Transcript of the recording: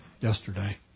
yesterday